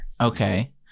Okay